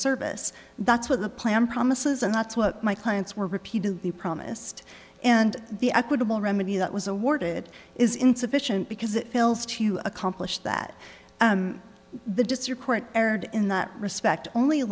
service that's what the plan promises and that's what my clients were repeatedly promised and the equitable remedy that was awarded is insufficient because it fails to accomplish that and the district court erred in that respect only